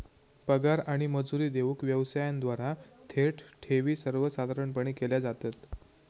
पगार आणि मजुरी देऊक व्यवसायांद्वारा थेट ठेवी सर्वसाधारणपणे केल्या जातत